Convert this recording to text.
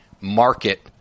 market